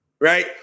right